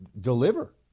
deliver